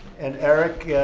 and eric,